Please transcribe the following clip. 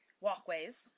walkways